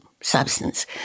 substance